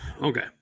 Okay